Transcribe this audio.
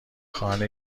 خانه